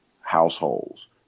households